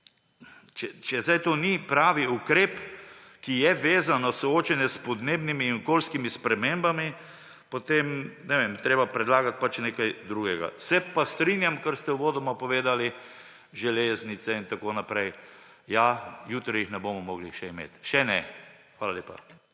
Če zdaj to ni pravi ukrep, ki je vezan na soočanje s podnebnimi in okoljskimi spremembami, potem ne vem, je treba predlagati pač nekaj drugega. Se pa strinjam s tem, kar ste uvodoma povedali, železnice in tako naprej. Ja, jutri jih še ne bomo mogli imeti. Še ne. Hvala lepa.